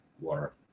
water